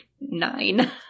nine